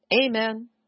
Amen